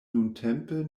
nuntempe